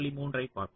9 ஆகும்